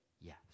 yes